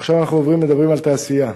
עכשיו אנחנו עוברים לדבר על תעשייה,